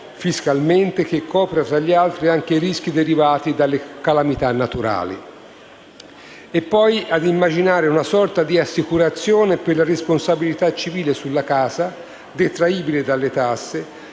fiscalmente, che copra, tra gli altri, anche i rischi derivati dalle calamità naturali.